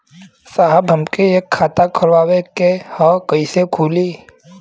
साहब हमके एक खाता खोलवावे के ह कईसे खुली?